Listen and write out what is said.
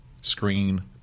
screen